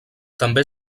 també